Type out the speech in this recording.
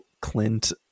Clint